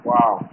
Wow